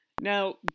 Now